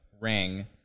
ring